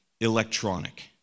electronic